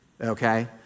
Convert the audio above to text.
okay